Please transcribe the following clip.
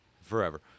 forever